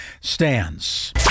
stands